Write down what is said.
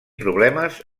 problemes